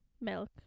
milk